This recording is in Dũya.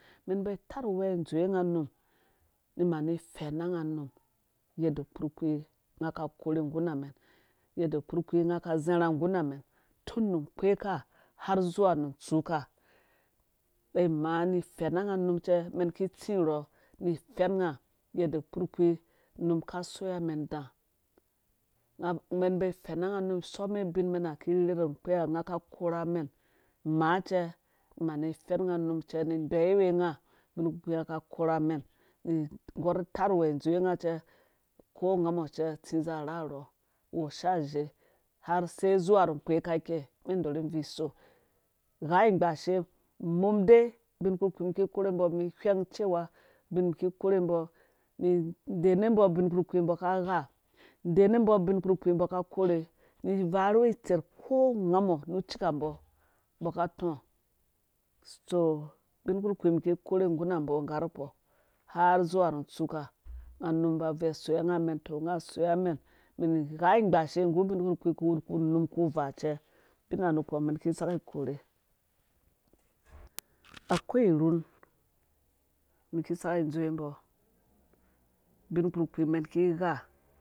Mɛn ba tarh uwɛ dzowe nga num ni mani fena nga num yadde kpukpii nga ka korhe ngguna mɛn yadda kpukpii nga ka zarha nggurha nɛn tun nu kpeka harzuwa tsuka ba maa ni fɛna nga num cɛ mɛn ki tsi rhɔ ni fɛna nga num cɛ mɛn ki tsi rhɔ ni fɛn nga yadda kpurhkpii num ka soi mɛn da mɛn mba fɛna nga num some ubin mɛnha ki rherhe rhu kpee ha nga korha mɛn maacɛ mani fɛn nga num cɛ ni deyiwe nga bin kpirhkpii nga ka korha mɛn gɔr tarh uwe dzowe nga cɛ ko nga mɔ cɛ tsi zi rharhɔ wosha ag azhe har sei zubca rho kpeka ikei mɛn dorhi vui so gha igbashe umum dei ubin kpukpii ki korhe mgbɔ mi wheng cewa bui ki korhe mbɔ mi dene mbo ubin kpurkpii mbɔ ka gha dene mbɔ ubin kpurkpii mbɔ ka korhe ni varheve itserh ko nga mɔ nu cuka mbɔ ka tɔɔ so ubin kpurkpii mum ki korhe nggu rha mbɔ ngga rhu kpɔ har zuwa nu tsuka nga num ba bvui soyunga mɛn tɔ nga soi ya mɛn mɛn gha ighasha nggu ubin kpurkpii ku wu kpu unum kpu vaa cɛ bina nukpo mɛn ki saki korhe akwai irhun mum ki saki dzowe mbo ubin kpurkpii mɛn ki gha